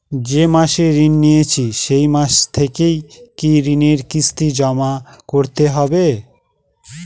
যে মাসে ঋণ নিয়েছি সেই মাস থেকেই কি ঋণের কিস্তি জমা করতে হবে?